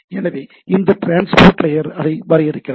எனவே இந்த transport layer அதை வரையறுக்கிறது